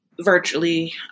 virtually